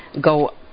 go